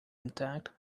intact